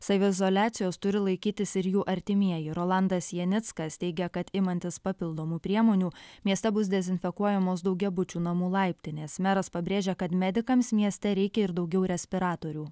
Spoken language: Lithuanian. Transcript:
saviizoliacijos turi laikytis ir jų artimieji rolandas janickas teigia kad imantis papildomų priemonių mieste bus dezinfekuojamos daugiabučių namų laiptinės meras pabrėžė kad medikams mieste reikia ir daugiau respiratorių